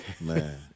man